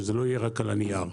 שזה לא יהיה רק על הנייר.